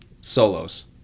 solos